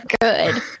good